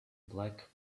black